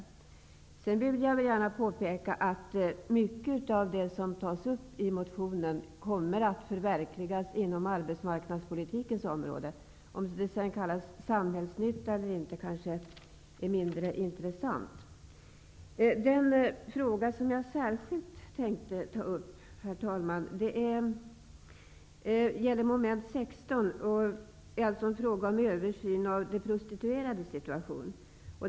Dessutom vill jag gärna påpeka att mycket av det som tas upp i motionen kommer att förverkligas inom arbetsmarknadspolitikens område. Om det sedan kallas Samhällsnyttan eller inte är mindre intressant. Den fråga som jag särskilt tänkte ta upp, herr talman, gäller mom. 16. Det är en fråga om översyn av de prostituerades situation.